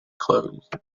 closed